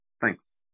Thanks